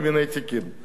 אבל הדבר הכי חשוב,